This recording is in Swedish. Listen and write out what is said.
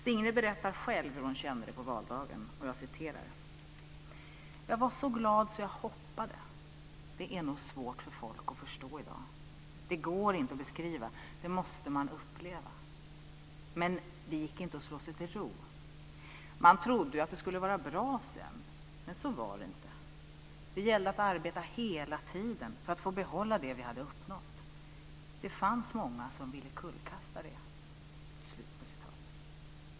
Signe berättar själv hur hon kände det på valdagen: "Jag var så glad så jag hoppade, det är nog svårt för folk att förstå i dag. Det går inte att beskriva. Det måste man uppleva. Men det gick inte att slå sig till ro. Man trodde ju att det skulle vara bra sedan, men så var det inte. Det gällde att arbeta hela tiden för att få behålla det vi hade uppnått. Det fanns många som ville kullkasta det."